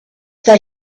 that